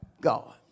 God